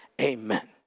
amen